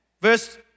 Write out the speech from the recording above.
Verse